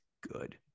good